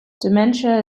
dementia